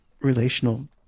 relational